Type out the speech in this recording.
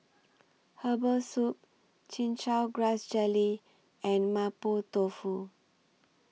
Herbal Soup Chin Chow Grass Jelly and Mapo Tofu